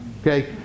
Okay